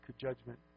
judgment